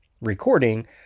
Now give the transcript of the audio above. recording